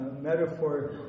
metaphor